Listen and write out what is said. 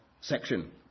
section